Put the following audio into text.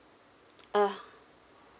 ah